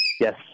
Yes